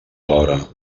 alhora